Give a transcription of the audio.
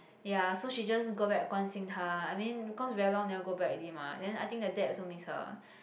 ya so she just go back 关心她 I mean cause very long never go back already mah then I think the dad also miss her